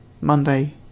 Monday